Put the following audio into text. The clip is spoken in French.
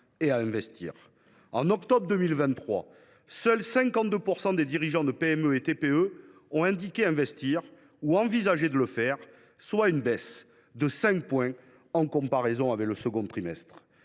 et à investir. Au mois d’octobre 2023, seuls 52 % des dirigeants de PME et TPE ont indiqué investir, ou envisager de le faire, soit une baisse de 5 points par rapport au deuxième trimestre.